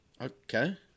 Okay